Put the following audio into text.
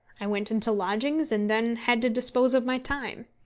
i went into lodgings, and then had to dispose of my time.